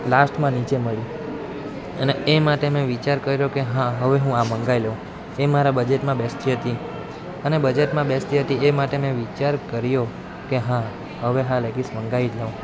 લાસ્ટમાં નીચે મળી અને એ માટે મેં વિચાર કર્યો કે હા હવે હું આ મંગાઈ લઉં એ મારા બજેટમાં બેસતી હતી અને બજેટમાં બેસતી હતી એ માટે મેં વિચાર કર્યો કે હા હવે હું આ લેગીસ મંગાઈ જ લઉં